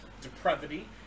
depravity